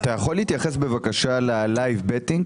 אתה יכול להתייחס בבקשה ל-לייב בטינג?